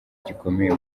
gikomeye